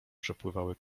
przepływały